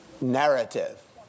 narrative